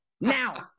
Now